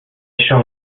shall